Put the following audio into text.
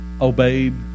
obeyed